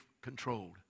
controlled